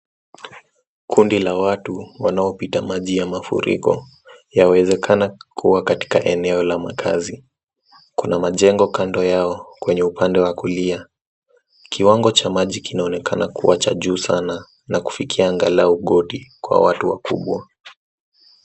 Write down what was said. Kundi la watu wanaopita maji ya mafuriko yawezekana kuwa katika eneo la makazi. Kuna majengo kando yao kwenye upande wa kulia. Kiwango cha maji kinaonekana kuwa cha juu sana na kufikia angalau goti kwa watu wakubwa.